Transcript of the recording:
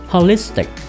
Holistic